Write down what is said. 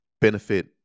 benefit